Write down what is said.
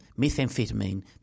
Methamphetamine